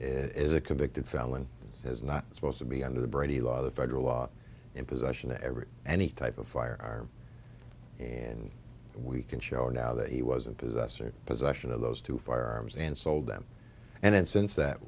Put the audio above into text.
is a convicted felon is not supposed to be under the brady law the federal law in possession ever any type of firearm and we can show now that he wasn't possessor of possession of those two firearms and sold them and then since that